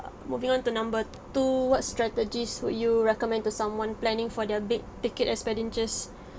moving on to number two what strategies would you recommend to someone planning for their big ticket expenditures